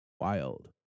wild